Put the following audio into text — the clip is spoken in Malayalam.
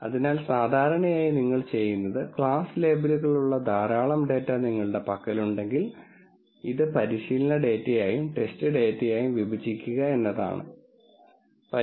അതിനാൽ സാധാരണയായി നിങ്ങൾ ചെയ്യുന്നത് ക്ലാസ് ലേബലുകളുള്ള ധാരാളം ഡാറ്റ നിങ്ങളുടെ പക്കലുണ്ടെങ്കിൽ ഇത് പരിശീലന ഡാറ്റയായും ടെസ്റ്റ് ഡാറ്റയായും വിഭജിക്കുക എന്നതാണ് ഒരാൾ ചെയ്യേണ്ടതെന്ന് നിങ്ങൾക്കറിയാം